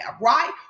right